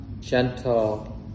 gentle